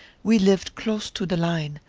we lived close to the line,